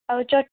ଆଉ ଚଟ୍